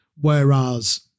Whereas